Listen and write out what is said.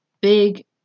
big